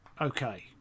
Okay